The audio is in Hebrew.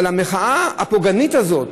אבל המחאה הפוגענית הזאת,